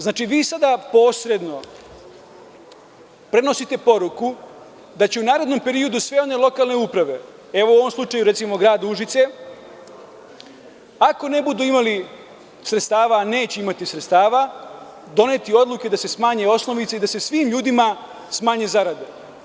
Znači vi sada posredno prenosite poruku da će u narednom periodu sve one lokalne uprave, u ovom slučaju Grad Užice, ako ne budu imali sredstava, a neće imati sredstava doneti odluku da se smanji osnovica i da se svim ljudima smanje zarade.